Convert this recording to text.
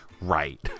right